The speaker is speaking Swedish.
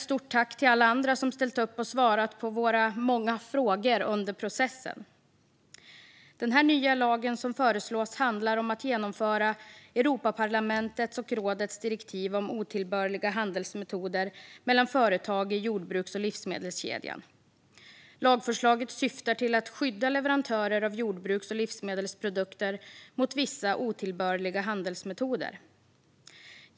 Stort tack även till alla andra som har ställt upp och svarat på våra många frågor under processen. Den nya lag som föreslås handlar om att genomföra Europaparlamentets och rådets direktiv om otillbörliga handelsmetoder mellan företag i jordbruks och livsmedelskedjan. Lagförslaget syftar till att skydda leverantörer av jordbruks och livsmedelsprodukter mot vissa otillbörliga handelsmetoder.